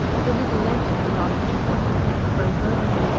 but a little later the knowledge of what it meant broke over him,